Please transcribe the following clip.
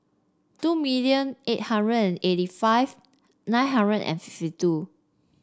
two million eight hundred eighty five nine hundred and fifty two